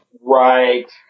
Right